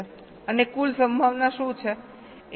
અને કુલ સંભાવના શું છે એક 0